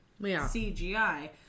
CGI